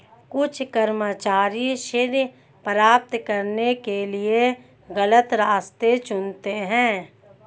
कुछ कर्मचारी श्रेय प्राप्त करने के लिए गलत रास्ते चुनते हैं